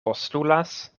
postulas